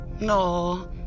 No